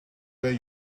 where